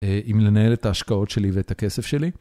אם לנהל את ההשקעות שלי ואת הכסף שלי.